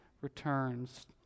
returns